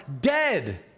dead